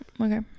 Okay